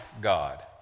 God